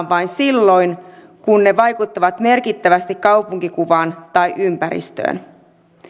vain silloin kun ne vaikuttavat merkittävästi kaupunkikuvaan tai ympäristöön